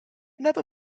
never